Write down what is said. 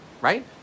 right